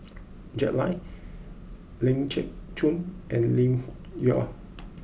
Jack Lai Ling Geok Choon and Lim Yau